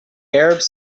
arabs